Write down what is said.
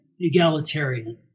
egalitarian